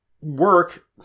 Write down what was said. work